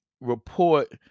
report